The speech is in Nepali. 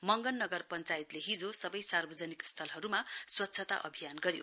मंगन नगर पञ्चायत हिजो सवै सार्वजनिक स्थलहरुमा स्वच्छता अभियान गर्यो